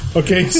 okay